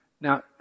now